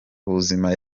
ubuzima